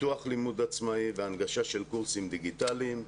פיתוח לימוד עצמאי והנגשה של קורסים דיגיטליים.